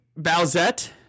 bowsette